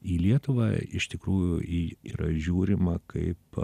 į lietuvą iš tikrųjų į yra žiūrima kaip